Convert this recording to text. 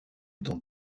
dans